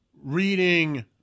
Reading